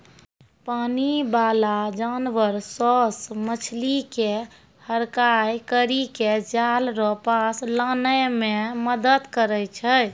पानी बाला जानवर सोस मछली के हड़काय करी के जाल रो पास लानै मे मदद करै छै